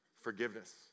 Forgiveness